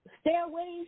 stairways